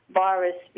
virus